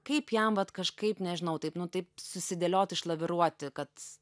kaip jam vat kažkaip nežinau taip nu taip susidėliot išlaviruoti kad